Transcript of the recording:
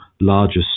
largest